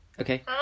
Okay